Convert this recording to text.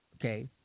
okay